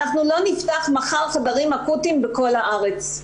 אנו לא נפתח מחר חדרים אקוטיים בכל הארץ,